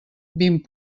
vint